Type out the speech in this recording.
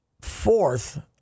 fourth